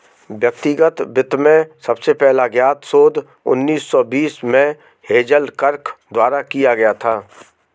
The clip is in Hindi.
व्यक्तिगत वित्त में सबसे पहला ज्ञात शोध उन्नीस सौ बीस में हेज़ल किर्क द्वारा किया गया था